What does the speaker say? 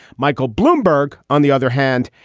michael bloomberg, on the other hand,